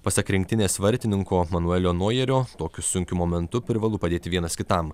pasak rinktinės vartininko manuelio nojerio tokiu sunkiu momentu privalu padėti vienas kitam